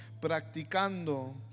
practicando